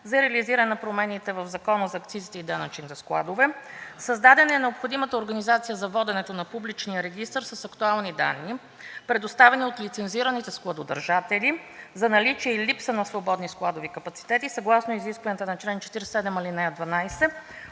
за реализиране на промените в Закона за акцизите и данъчните складове. Създадена е необходимата организация за воденето на публичния регистър с актуални данни, предоставена от лицензираните складодържатели, за наличие и липса на свободни складови капацитети съгласно изискванията на чл. 47,